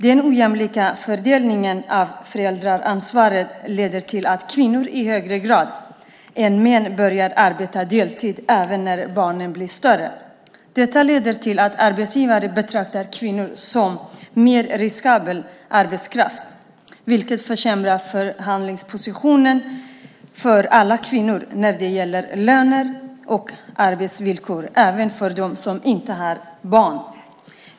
Den ojämlika fördelningen av föräldraansvaret leder till att kvinnor i högre grad än män arbetar deltid även när barnen blir större. Detta leder till att arbetsgivare betraktar kvinnor som mer riskabel arbetskraft, vilket försämrar förhandlingspositionen för alla kvinnor när det gäller löner och arbetsvillkor, även för dem som inte har barn.